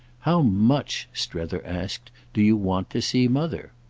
how much, strether asked, do you want to see mother?